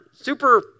super